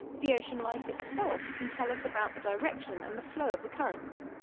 the ocean life itself can tell us about the direction and the flow of the currents.